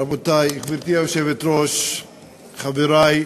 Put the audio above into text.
רבותי, גברתי היושבת-ראש, חברי,